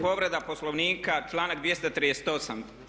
Povreda Poslovnika, članak 238.